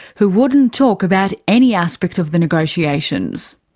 who wouldn't talk about any aspect of the negotiations.